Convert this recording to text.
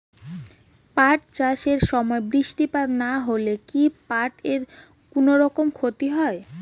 পাট চাষ এর সময় বৃষ্টিপাত না হইলে কি পাট এর কুনোরকম ক্ষতি হয়?